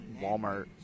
Walmart